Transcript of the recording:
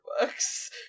books